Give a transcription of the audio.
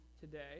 today